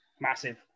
Massive